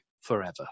forever